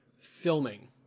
filming